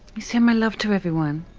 send my love to everyone.